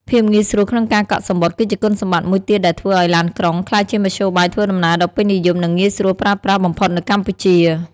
ភាពងាយស្រួលក្នុងការកក់សំបុត្រ គឺជាគុណសម្បត្តិមួយទៀតដែលធ្វើឱ្យឡានក្រុងក្លាយជាមធ្យោបាយធ្វើដំណើរដ៏ពេញនិយម និងងាយស្រួលប្រើប្រាស់បំផុតនៅកម្ពុជា។